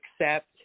accept